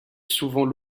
souvent